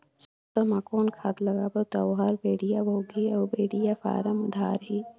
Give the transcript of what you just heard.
सरसो मा कौन खाद लगाबो ता ओहार बेडिया भोगही अउ बेडिया फारम धारही?